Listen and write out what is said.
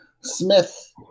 Smith